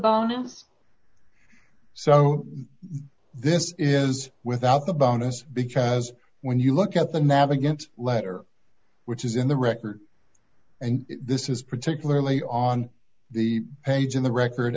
bonus so this is without the bonus because when you look at the navigant letter which is in the record and this is particularly on the page in the record